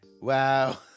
Wow